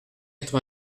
quatre